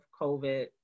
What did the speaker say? COVID